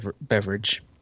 beverage